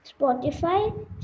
Spotify